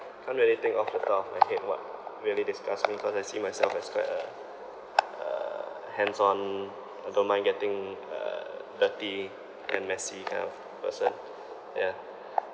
can't really think of off the top of my head what really disgusts me cause I see myself as quite a uh hands on uh don't mind getting uh dirty and messy kind of person yeah